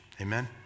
Amen